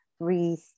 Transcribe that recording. breathe